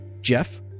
Jeff